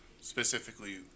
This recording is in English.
specifically